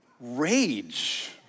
rage